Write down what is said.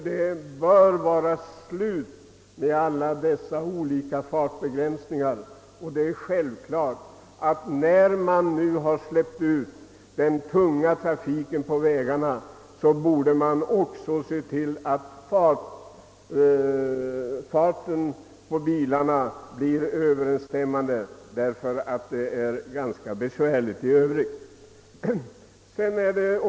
Vi bör upphöra med alla dessa olika fartbegränsningar. När man väl har släppt ut den tunga trafiken på vägarna, borde man också se till att bilarnas fart blir överensstämmande, eftersom det är ganska besvärligt ändå.